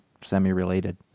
semi-related